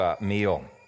meal